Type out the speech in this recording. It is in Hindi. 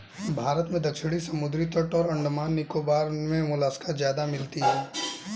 भारत में दक्षिणी समुद्री तट और अंडमान निकोबार मे मोलस्का ज्यादा मिलती है